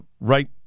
Right